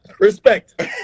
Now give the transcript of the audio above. Respect